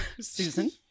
Susan